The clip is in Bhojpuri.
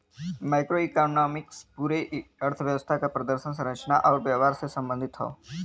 मैक्रोइकॉनॉमिक्स पूरे अर्थव्यवस्था क प्रदर्शन, संरचना आउर व्यवहार से संबंधित हौ